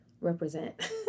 represent